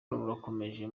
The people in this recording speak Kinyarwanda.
rurakomeje